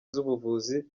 z’ubuvuzi